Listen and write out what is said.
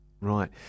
Right